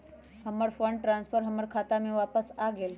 हमर fund transfer हमर खाता में वापस आ गेल